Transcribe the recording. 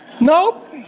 Nope